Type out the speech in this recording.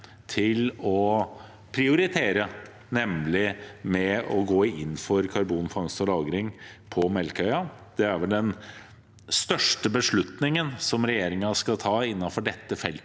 til å prioritere, nemlig ved å gå inn for karbonfangst og lagring på Melkøya. Den beslutningen som tas, er vel den største beslutningen regjeringen skal ta innenfor dette feltet